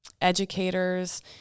educators